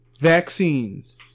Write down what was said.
vaccines